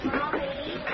Mommy